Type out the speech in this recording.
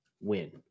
Win